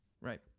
Right